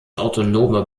autonome